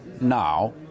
Now